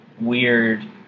weird